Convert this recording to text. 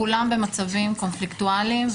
כולם במצבים קונפליקטואליים,